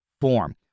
form